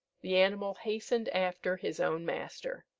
the animal hastened after his own master.